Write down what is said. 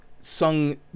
Sung